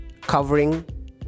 covering